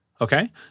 okay